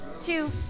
two